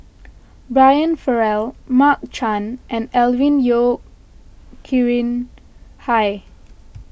Brian Farrell Mark Chan and Alvin Yeo Khirn Hai